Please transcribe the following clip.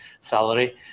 salary